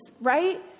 right